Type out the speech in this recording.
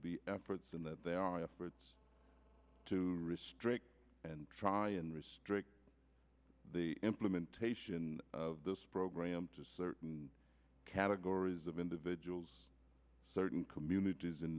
be efforts and that there are efforts to restrict and try and restrict the implementation of this program to certain categories of individuals certain communities